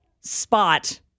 spot